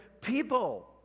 people